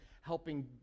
helping